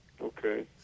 Okay